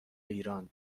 ایران